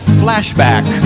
flashback